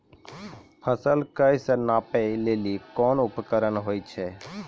फसल कऽ नापै लेली कोन उपकरण होय छै?